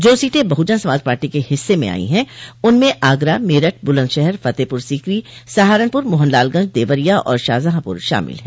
जो सीटें बहुजन समाज पार्टी के हिस्से में आई है उनमें आगरा मेरठ बुलन्दशहर फतेहपुर सीकरी सहारनपुर मोहनलालगंज देवरिया और शाहजहांपुर शामिल है